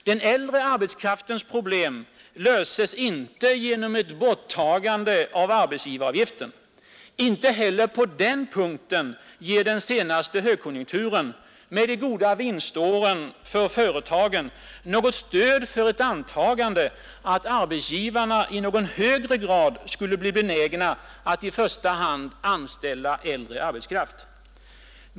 Den äldre arbetskraftens problem löses inte genom ett borttagande av arbetsgivaravgiften. Inte heller på den punkten ger den senaste högkonjunkturen med de goda vinståren för företagen något stöd för ett antagande att arbetsgivarna i någon högre grad skulle bli benägna att i första hand anställa äldre arbetskraft.